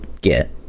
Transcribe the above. get